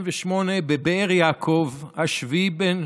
1968, בבאר יעקב, השביעי בין